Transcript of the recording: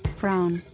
frown,